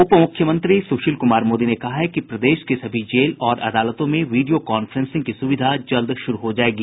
उप मुख्यमंत्री सुशील कुमार मोदी ने कहा है कि प्रदेश के सभी जेल और अदालतों में वीडियो कॉफ्रेंसिंग की सुविधा जल्द शुरू हो जायेगी